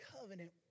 covenant